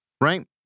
right